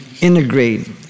integrate